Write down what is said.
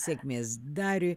sėkmės dariui